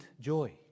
joy